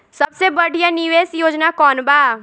सबसे बढ़िया निवेश योजना कौन बा?